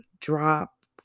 drop